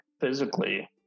physically